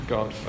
God